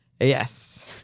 Yes